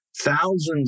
thousands